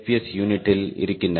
S யூனிட்டில் இருக்கின்றன